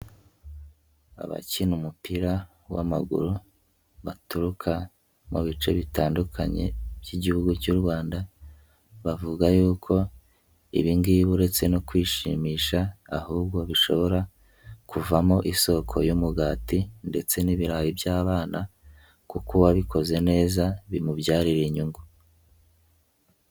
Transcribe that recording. Abakina umupira w'amaguru baturuka mu bice bitandukanye by'Igihugu cy'u Rwanda bavuga yuko ibi ngibi uretse no kwishimisha ahubwo bishobora kuvamo isoko y'umugati ndetse n'ibirayi by'abana kuko uwabikoze neza bimubyarira inyungu.